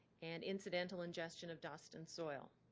and incidental ingestion of dust and soil.